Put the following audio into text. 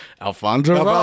Alfonso